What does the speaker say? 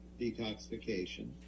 detoxification